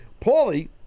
Paulie